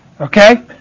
Okay